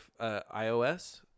iOS